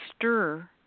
stir